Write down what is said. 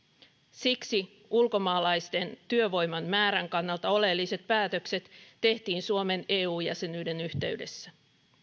siksi ulkomaalaisten työvoiman määrän kannalta oleelliset päätökset tehtiin suomen eu jäsenyyden yhteydessä